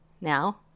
now